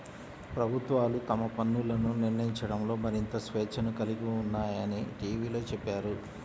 ప్రభుత్వాలు తమ పన్నులను నిర్ణయించడంలో మరింత స్వేచ్ఛను కలిగి ఉన్నాయని టీవీలో చెప్పారు